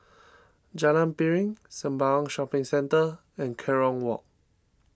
Jalan Piring Sembawang Shopping Centre and Kerong Walk